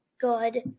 Good